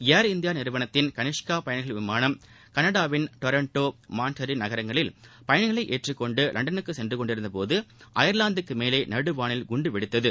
Air India நிறுவனத்தின் கனிஷ்கா பயணிகள் விமானம் கனடாவின் டொரண்டோ மான்ட்ரில் நகரங்களில் பயணிகளை ஏற்றிக்கொண்டு லண்டனுக்கு சென்று கொண்டிருந்தபோது அயர்லாந்துக்கு மேலே நடுவானில் குண்டு வெடித்தது